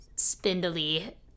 spindly